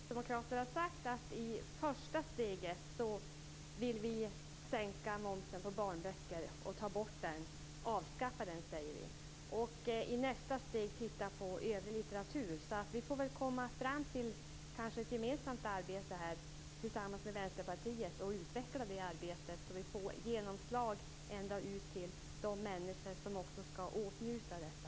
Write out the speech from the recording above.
Fru talman! Vi kristdemokrater har sagt att vi i första steget vill sänka momsen på barnböcker eller t.o.m. avskaffa den och i nästa steg titta på övrig litteratur. Vi kanske kan komma fram till ett gemensamt arbete här tillsammans med Vänsterpartiet och utveckla det så att vi får genomslag ända ut till de människor som skall åtnjuta detta.